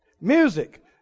music